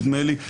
נדמה לי,